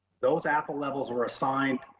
those appa levels were assigned,